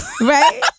Right